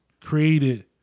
created